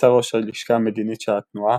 נעצר ראש הלשכה המדינית של התנועה,